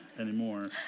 anymore